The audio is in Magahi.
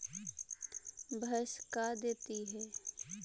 भैंस का देती है?